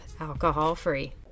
alcohol-free